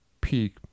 peak